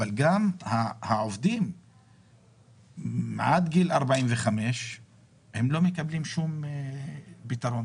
אבל גם העובדים עד גיל 45 לא מקבלים שום פתרון